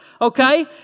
okay